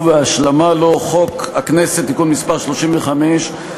ובהשלמה לו חוק הכנסת (תיקון מס' 35)